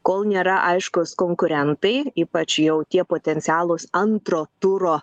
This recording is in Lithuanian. kol nėra aiškūs konkurentai ypač jau tie potencialūs antro turo